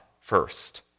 first